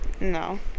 No